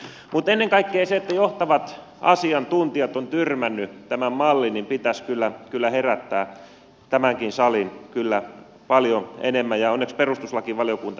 mutta ennen kaikkea sen että johtavat asiantuntijat ovat tyrmänneet tämän mallin pitäisi kyllä herättää tätäkin salia paljon enemmän ja onneksi perustuslakivaliokunta sitä käsittelee